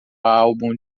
álbum